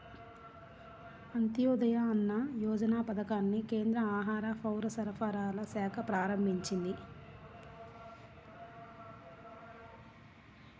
అంత్యోదయ అన్న యోజన పథకాన్ని కేంద్ర ఆహార, పౌరసరఫరాల శాఖ ప్రారంభించింది